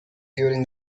during